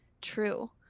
true